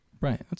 Right